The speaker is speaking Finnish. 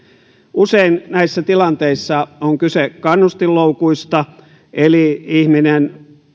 usein näissä tilanteissa on kyse kannustinloukuista eli